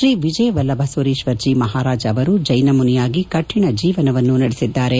ಶ್ರೀ ವಿಜಯ ವಲ್ಲಭ ಸುರೀಶ್ವರ್ ಜಿ ಮಹಾರಾಜ್ ಅವರು ಜೈನ ಮುನಿಯಾಗಿ ಕಠಿಣ ಜೀವನವನ್ನು ನಡೆಸಿದ್ದಾರೆ